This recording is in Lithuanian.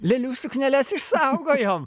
lėlių sukneles išsaugojom